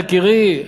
יקירי,